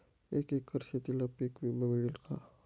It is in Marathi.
एका एकर शेतीला पीक विमा मिळेल का?